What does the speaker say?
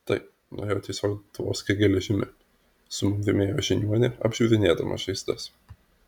taip nuo jo tiesiog tvoskia geležimi sumurmėjo žiniuonė apžiūrinėdama žaizdas